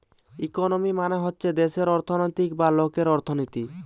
economy মানে হচ্ছে দেশের অর্থনৈতিক বা লোকের অর্থনীতি